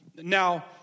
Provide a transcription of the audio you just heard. Now